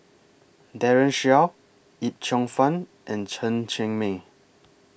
Daren Shiau Yip Cheong Fun and Chen Cheng Mei